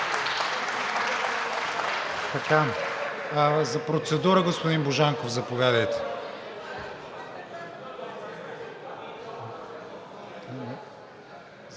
За процедура, господин Божанков, заповядайте.